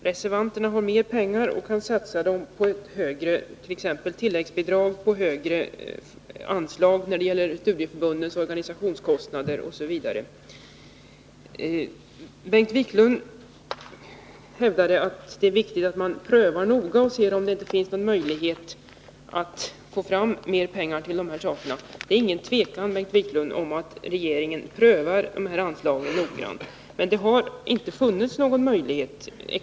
Reservanterna har tydligen mer pengar, och de kan satsa dem t.ex. på större tilläggsbidrag, större anslag när det gäller studieförbundens organisationskostnader osv. Bengt Wiklund hävdade att det är viktigt att man noggrant prövar om det inte finns någon möjlighet att få fram mer pengar för de här ändamålen. Det är inget tvivel om, Bengt Wiklund, att regeringen prövat dessa anslag noggrant, men det har inte funnits någon möjlighet att anslå mer medel.